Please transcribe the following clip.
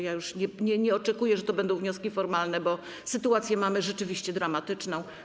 Ja już nie oczekuję, że to będą wnioski formalne, bo sytuację mamy rzeczywiście dramatyczną.